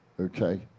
Okay